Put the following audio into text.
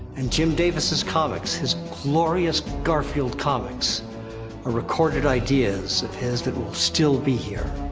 and jim davis' comics, his glorious garfield comics are recorded ideas of his, that will still be here.